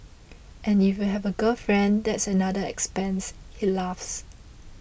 and if you have a girlfriend that's another expense he laughs